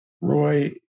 Roy